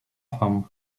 fam